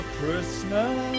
Christmas